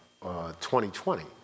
2020